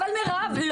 אבל מירב,